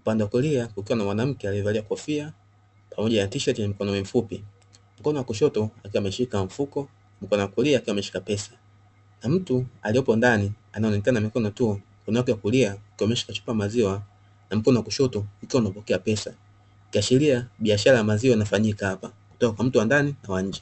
upande wa kulia Kukiwa mwanamke alievalia kofia pamoja na tisherti la mikoni mifupi . Mkono wa kushoto akiwa ameshika mifuko wa kulia ameshika pesa . Mtu alieko ndani anaonekana mikono tu, mkono wa kulia akiwa ameshikia chupa ya maziwa na mkono wa kushoto akipokea pesa akiashiria kufanya biashara ya maziwa inafanyika hapa kutoka mtu wa ndani na nje .